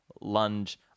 lunge